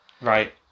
Right